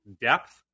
depth